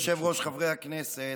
אדוני היושב-ראש, חברי הכנסת,